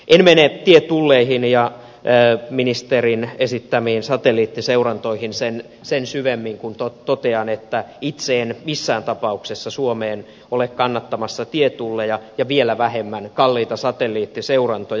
en mene tietulleihin ja ministerin esittämiin satelliittiseurantoihin sen syvemmin muuta kuin totean että itse en missään tapauksessa suomeen ole kannattamassa tietulleja ja vielä vähemmän kalliita satelliittiseurantoja